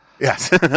Yes